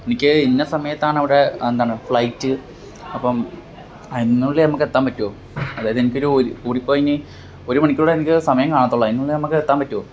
എനിക്ക് ഇന്ന സമയത്താണവിടെ എന്താണ് ഫ്ലൈറ്റ് അപ്പം അതിനുള്ളിൽ നമുക്കെത്താൻ പറ്റുമോ അതായത് എനിക്കൊരു ഒരു കൂടിപ്പോയാൽ ഇനി ഒരു മണിക്കൂടെ എനിക്ക് സമയം കാണത്തൊള്ളൂ അതിനുള്ളിൽ നമുക്ക് എത്താൻ പറ്റുമോ